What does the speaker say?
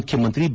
ಮುಖ್ಯಮಂತ್ರಿ ಬಿ